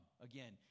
Again